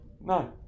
No